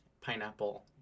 pineapple